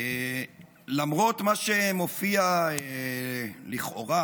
למרות מה שמופיע לכאורה